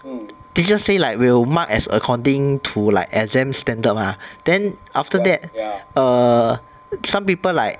teacher say like will mark as according to like exam standard mah then after that err some people like